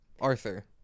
Arthur